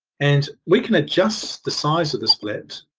and we can adjust the size of the split